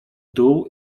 dół